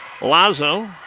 Lazo